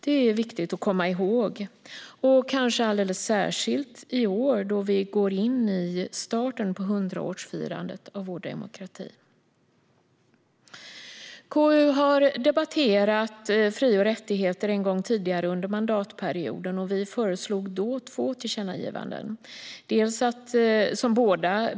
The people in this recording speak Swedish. Det är viktigt att komma ihåg, kanske alldeles särskilt i år då vi går in i starten av 100-årsfirandet av vår demokrati. KU har debatterat fri och rättigheter en gång tidigare under mandatperioden, och vi föreslog då två tillkännagivanden. Båda handlade om skadestånd.